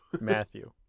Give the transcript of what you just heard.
Matthew